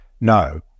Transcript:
No